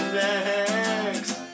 next